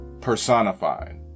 personified